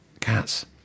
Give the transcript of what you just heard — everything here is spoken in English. Cats